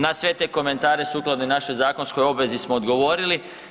Na sve te komentare sukladno i našoj zakonskoj obvezi smo odgovorili.